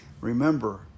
Remember